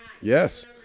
Yes